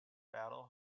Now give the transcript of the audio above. battle